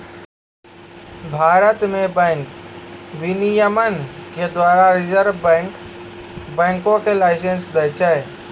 भारत मे बैंक विनियमन के द्वारा रिजर्व बैंक बैंको के लाइसेंस दै छै